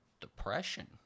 Depression